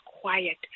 quiet